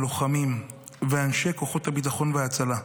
הלוחמים ואנשי כוחות הביטחון וההצלה,